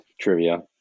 trivia